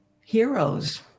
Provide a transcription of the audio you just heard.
heroes